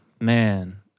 Man